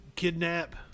Kidnap